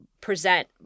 present